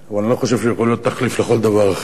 אבל אני לא חושב שהוא יכול להיות תחליף לכל דבר אחר.